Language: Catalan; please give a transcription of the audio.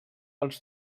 els